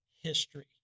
history